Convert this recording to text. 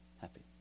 happy